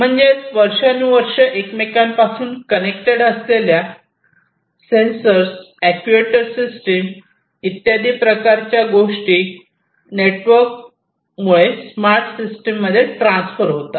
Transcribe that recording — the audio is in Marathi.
म्हणजेच वर्षानु वर्षांपासून कनेक्टेड असलेल्या सेन्सर्स अॅक्ट्युएटर सिस्टम इत्यादी प्रकारच्या गोष्टी इंटरनेटवर्क मुळे स्मार्ट सिस्टीम मध्ये ट्रांसफ़र होतात